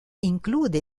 include